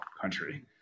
country